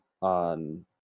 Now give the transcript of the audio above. on